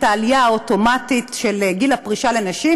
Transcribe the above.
העליה האוטומטית של גיל הפרישה לנשים,